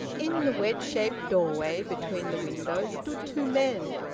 in the wedge-shaped doorway between the windows stood two men,